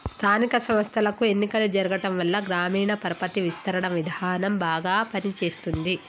స్థానిక సంస్థలకు ఎన్నికలు జరగటంవల్ల గ్రామీణ పరపతి విస్తరణ విధానం బాగా పని చేస్తుంది